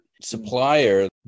supplier